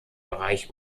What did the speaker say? bereich